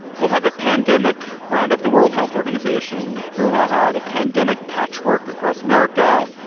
we'll have a pandemic roundup. the world health organization bruhaha the pandemic patchwork across america.